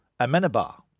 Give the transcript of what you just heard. Amenabar